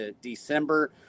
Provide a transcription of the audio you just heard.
december